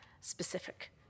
specific